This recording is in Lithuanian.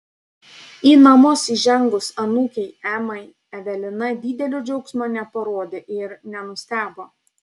į namus įžengus anūkei emai evelina didelio džiaugsmo neparodė ir nenustebo